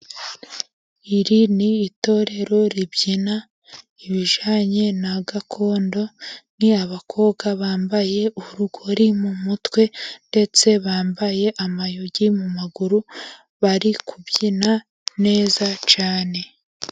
Iri ni itorero ribyina ibijyanye na gakondo, n'abakobwa bambaye urugori mu mutwe ndetse bambaye amayogi mu maguru bari kubyina neza cyane.